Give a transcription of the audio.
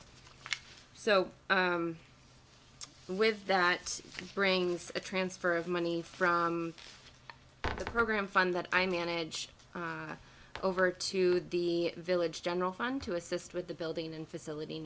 so with that brings a transfer of money from the program fund that i manage over to the village general fund to assist with the building and facility